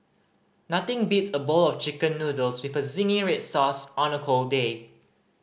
nothing beats a bowl of Chicken Noodles with zingy red sauce on a cold day